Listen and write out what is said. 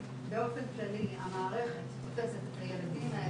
באופן כללי המערכת תופסת את הילדים האלה